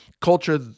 Culture